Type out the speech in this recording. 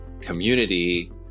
community